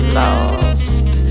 lost